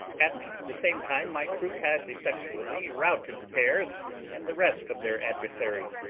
at the same time my troop had effectually routed the bears and the rest of their adversaries.